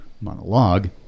monologue